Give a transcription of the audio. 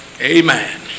Amen